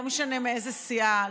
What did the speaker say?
לא משנה מאיזו סיעה,